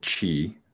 Chi